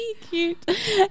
Cute